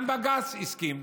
גם בג"ץ הסכים.